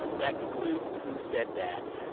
that concludes who said that?